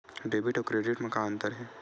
Debit अउ credit म का अंतर हे?